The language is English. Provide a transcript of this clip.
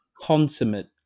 consummate